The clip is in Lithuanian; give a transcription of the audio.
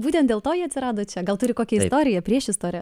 būtent dėl to ji atsirado čia gal turi kokią istoriją priešistorę